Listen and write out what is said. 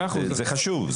זה חשוב.